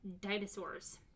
dinosaurs